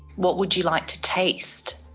what would you like to taste?